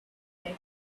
that